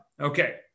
Okay